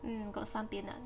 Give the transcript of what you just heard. mm got some peanut